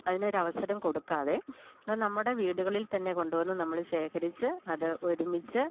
അതിനൊരവസരം കൊടുക്കാതെ നമ്മുടെ വീടുകളിൽ തന്നെ കൊണ്ടു വന്ന് നമ്മള് ശേഖരിച്ച് അത് ഒരുമിച്ച്